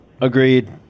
Agreed